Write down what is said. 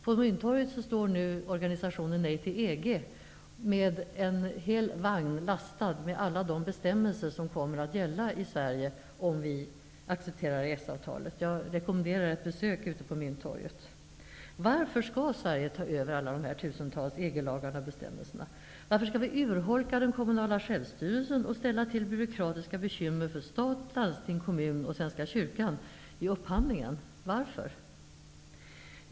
På Mynttorget står i dag organisationen Nej till EG, med en hel vagn lastad med alla de bestämmelser som kommer att gälla i Sverige, om vi accepterar EES-avtalet. jag rekommenderar ett besök ute på Mynttorget. Varför skall Sverige ta över tusentals EG-lagar och bestämmelser, urholka den kommunala självstyrelsen och ställa till byråkratiska bekymmer i upphandlingen för stat, landsting, kommun och Svenska kyrkan? Varför?